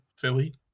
Philly